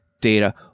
data